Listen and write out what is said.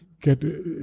get